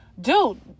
dude